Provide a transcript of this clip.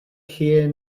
here